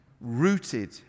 rooted